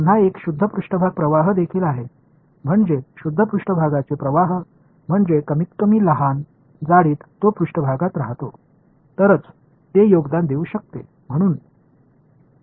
இது ஒரு pure surface current என்றால் அது மறைந்து போகும் சிறிய தடிமன் கொண்ட மேற்பரப்பில் இருக்கிறது அப்போதுதான் அது பங்களிக்க முடியும்